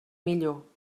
millor